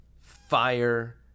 fire